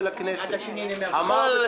עד ה-2 למארס.